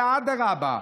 אלא אדרבה,